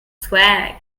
swag